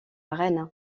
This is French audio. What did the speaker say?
reine